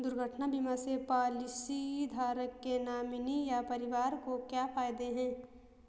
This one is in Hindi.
दुर्घटना बीमा से पॉलिसीधारक के नॉमिनी या परिवार को क्या फायदे हैं?